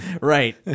Right